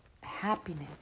happiness